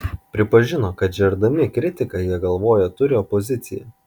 pripažino kad žerdami kritiką jie galvoje turi opoziciją